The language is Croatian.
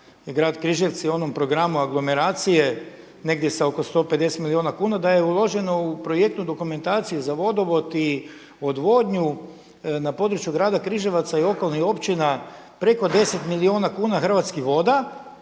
Grad Križevci u onom programu aglomeracije negdje sa 150 milijuna kuna da je uloženo u projektnu dokumentaciju za vodovod i odvodnju na području Grada Križevaca i okolnih općina preko 10 milijuna kuna Hrvatskih voda,